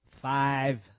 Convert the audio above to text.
five